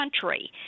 country